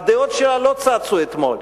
הדעות שלה לא צצו אתמול.